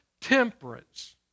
temperance